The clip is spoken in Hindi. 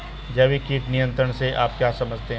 जैविक कीट नियंत्रण से आप क्या समझते हैं?